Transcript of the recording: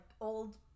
old